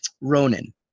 Ronan